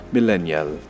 Millennial